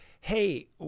hey